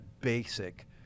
basic